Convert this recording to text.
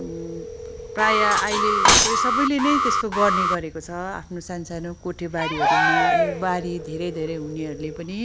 प्रायः अहिले चाहिँ सबैले नै त्यस्तो गर्ने गरेको छ आफ्नो सा सानो कोठेबारीहरूमा अनि बारी धेरै धेरै हुनेहरूले पनि